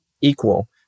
equal